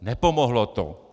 Nepomohlo to.